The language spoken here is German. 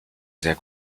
sehr